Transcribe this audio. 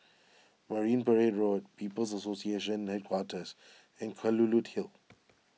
Marine Parade Road People's Association Headquarters and Kelulut Hill